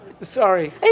Sorry